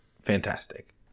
fantastic